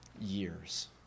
Years